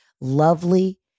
lovely